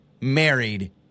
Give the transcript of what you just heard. married